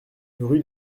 rue